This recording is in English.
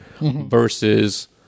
versus